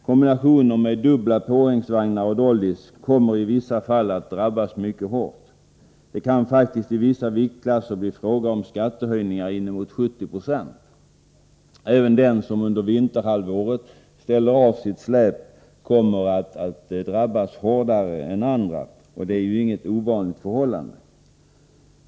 Kombinationer med dubbla påhängsvagnar och dollys kommer i vissa fall att drabbas mycket hårt. Det kan faktiskt i vissa viktklasser bli fråga om skattehöjningar på uppemot 70 96. Även den som under vinterhalvåret ställer av sitt släp kommer att drabbas hårdare än andra. Det är ju inget ovanligt förhållande.